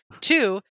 Two